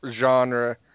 genre